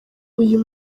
uyu